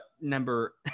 number